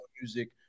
music